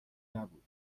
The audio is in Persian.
نبود